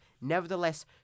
nevertheless